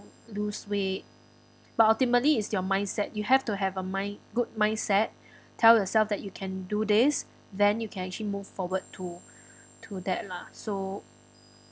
lose weight but ultimately is your mindset you have to have a mind good mindset tell yourself that you can do this then you can actually move forward to to that lah so